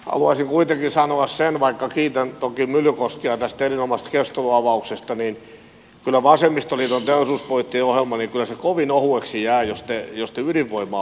haluaisin kuitenkin sanoa sen vaikka kiitän toki myllykoskea tästä erinomaisesta keskustelun avauksesta että kyllä vasemmistoliiton teollisuuspoliittinen ohjelma kovin ohueksi jää jos te ydinvoimaa vastustatte